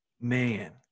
Man